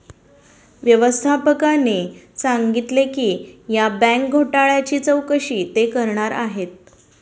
व्यवस्थापकाने सांगितले की या बँक घोटाळ्याची चौकशी ते करणार आहेत